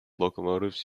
locomotives